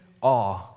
awe